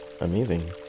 amazing